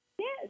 Yes